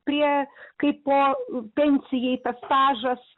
prie kaipo pensijai tas stažas